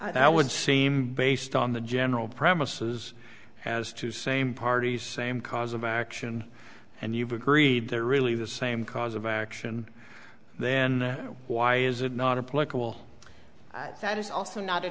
that would seem based on the general premises has two same parties same cause of action and you've agreed that really the same cause of action then why is it not a political that is also not a